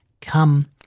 Come